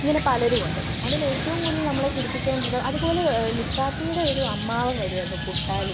ഇങ്ങനെ പലരുമുണ്ട് അതിൽ ഏറ്റവും കൂടുതൽ നമ്മളെ ചിരിപ്പിച്ചു കൊണ്ടിരുന്നത് അതുപോലെ ലുട്ടാപ്പിയുടെ ഒരു അമ്മാവന് വരുമായിരുന്നു പുട്ടാലു